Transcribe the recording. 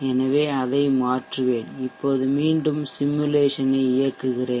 எனவே அதை மாற்றுவேன் இப்போது மீண்டும் சிமுலேசனை இயக்குகிறேன்